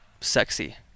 sexy